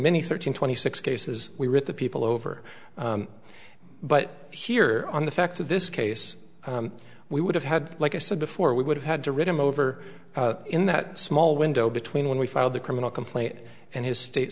many thirteen twenty six cases we were at the people over but here on the facts of this case we would have had like i said before we would have had to read them over in that small window between when we filed the criminal complaint and his state